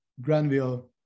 Granville